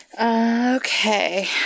Okay